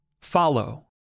Follow